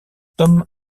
tom